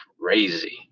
crazy